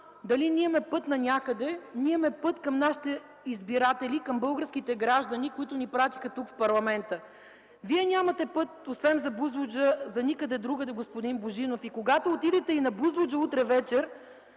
дали имаме път нанякъде – ние имаме път към нашите избиратели, към българските граждани, които ни пратиха тук, в парламента. Вие нямате път, освен за Бузлуджа, за никъде другаде, господин Божинов. Когато отидете на Бузлуджа утре вечер,